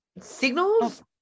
signals